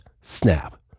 snap